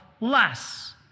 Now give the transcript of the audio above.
less